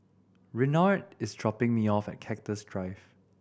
Renard is dropping me off at Cactus Drive